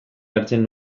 hartzen